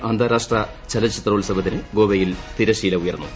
India അന്താരാഷ്ട്ര ചലച്ചിത്രോത്സവത്തിന് ഗോവയിൽ തിരശ്ശീല ഉയർന്നു